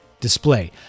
display